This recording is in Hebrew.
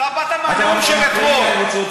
הם מפריעים לי, אני רוצה עוד זמן.